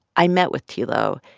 i met with tilo.